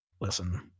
listen